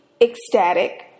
ecstatic